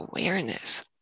awareness